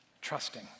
trusting